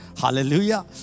Hallelujah